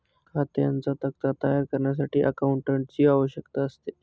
खात्यांचा तक्ता तयार करण्यासाठी अकाउंटंटची आवश्यकता असते